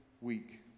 week